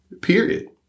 Period